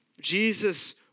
Jesus